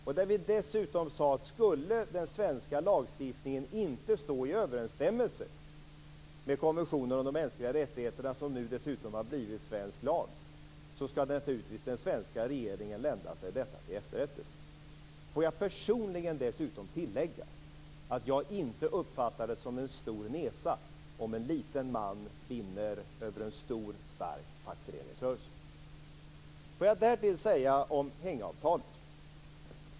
Vi sade dessutom att om den svenska lagstiftningen inte skulle stå i överensstämmelse med konventionen om de mänskliga rättigheterna - som nu har blivit svensk lag - skall den svenska regeringen lända sig detta till efterrättelse. Låt mig personligen tillägga att jag inte uppfattar det som en stor nesa om en liten man vinner över en stor stark fackföreningsrörelse.